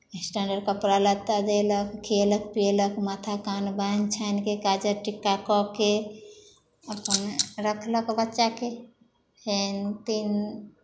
standard कपड़ा लत्ता देलक खिएलक पिएलक माथा कान बान्हि छानि कऽ काजर टिक्का कऽ कऽ अपन रखलक बच्चाकेँ फेर तीन